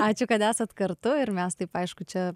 ačiū kad esat kartu ir mes taip aišku čia